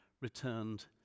returned